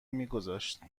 میگذاشت